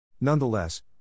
Nonetheless